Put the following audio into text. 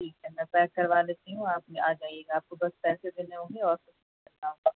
ٹھیک ہے میں پیک کروا لیتی ہوں آپ آ جائیے گا آپ کو بس پیسے دینے ہوں گے اور کچھ نہیں کرنا ہوگا